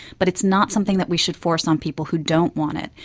but it's not something that we should force on people who don't want it.